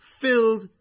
filled